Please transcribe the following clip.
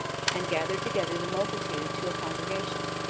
and gathered together the multitude to a congregation,